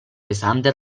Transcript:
pesante